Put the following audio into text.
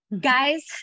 guys